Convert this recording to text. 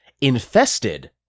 infested